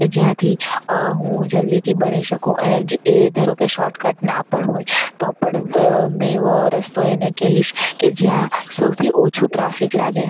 કે જ્યાંથી હું જલ્દીથી બની શકું અને જે એ ધારો કે શોર્ટકટ ના પણ હોય તો પણ મેં એવો રસ્તો એને કહીશ કે કે જ્યાં સૌથી ઓછું ટ્રાફિક લાગે